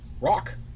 rock